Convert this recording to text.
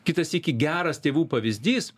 kitą sykį geras tėvų pavyzdys